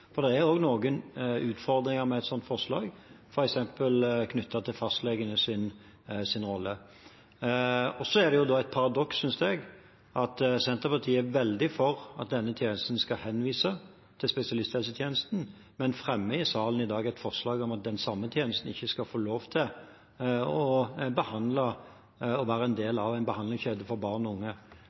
for det er også noen utfordringer med et slikt forslag, f.eks. knyttet til fastlegenes rolle. Så er det et paradoks, synes jeg, at Senterpartiet er veldig for at denne tjenesten skal henvise til spesialisthelsetjenesten, men i dag fremmer et forslag om at den samme tjenesten ikke skal få lov til å være en del av en behandlingskjede for barn og unge,